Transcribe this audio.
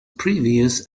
previous